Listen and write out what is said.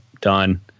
done